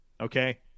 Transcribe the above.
Okay